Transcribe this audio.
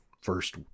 first